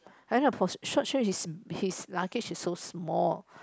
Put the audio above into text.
I know for short trip his his luggage is so small